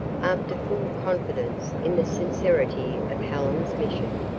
after full confidence in the sincerity of helen's mission,